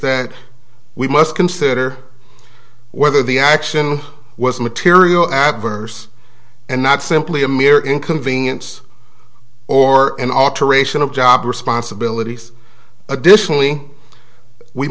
that we must consider whether the action was material adverse and not simply a mere inconvenience or an alteration of job responsibilities additionally we